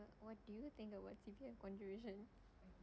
what do you think about C_P_F contribution